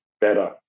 better